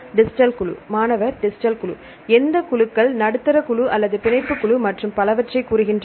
distal குழு மாணவர் distal குழு எந்த குழுக்கள் நடுத்தர குழு அல்லது பிணைப்புக் குழு மற்றும் பலவற்றைக் கூறுகின்றன